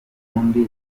ubundi